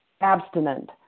abstinent